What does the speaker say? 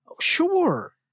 Sure